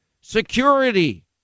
security